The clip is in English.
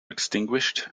extinguished